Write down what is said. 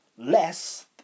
less